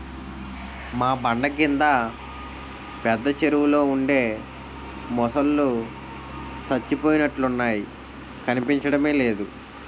మా బండ కింద పెద్ద చెరువులో ఉండే మొసల్లు సచ్చిపోయినట్లున్నాయి కనిపించడమే లేదు